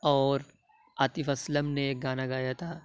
اور عاطف اسلم نے ایک گانا گایا تھا